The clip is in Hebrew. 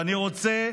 ואני רוצה